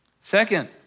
Second